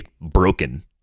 broken